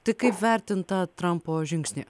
tai kaip vertint tą trumpo žingsnį